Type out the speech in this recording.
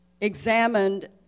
examined